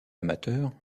amateurs